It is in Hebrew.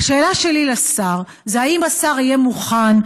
השאלה שלי לשר היא האם השר יהיה מוכן,